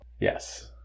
yes